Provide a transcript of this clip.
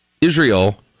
Israel